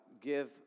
give